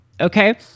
okay